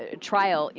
ah trial. yeah